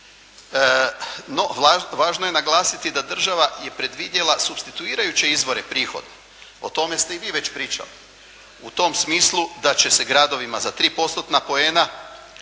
No, važno je naglasiti da država je predvidjela supstituirajuće izvore prihoda. O tome ste i vi već pričali u tom smislu da će se gradovima za 3 postotna